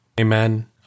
Amen